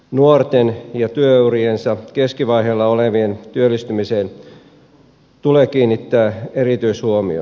nuorten ja työuriensa keskivaiheella olevien työllistymiseen tulee kiinnittää erityishuomio